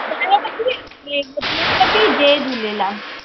ॿुधायां थी जय झूलेलाल